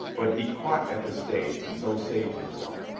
but he caught at the stays and so saved himself.